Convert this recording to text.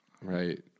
right